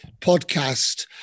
podcast